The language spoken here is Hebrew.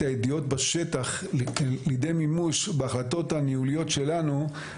הידיעות בשטח לידי מימוש בהחלטות הניהוליות שלנו,